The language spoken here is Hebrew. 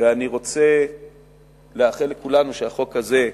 ואני רוצה לאחל לכולנו שהחוק הזה,